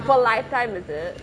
for lifetime is it